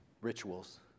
rituals